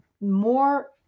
more